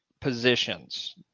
positions